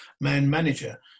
man-manager